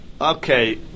Okay